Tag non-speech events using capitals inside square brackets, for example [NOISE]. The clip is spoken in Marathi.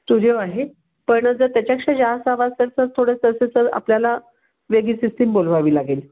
स्टुडिओ आहे पण जर त्याच्यापेक्षा जास्त हवं असेल थोडं [UNINTELLIGIBLE] आपल्याला वेगळी सिस्टिम बोलवावी लागेल